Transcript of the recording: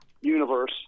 universe